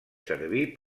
servir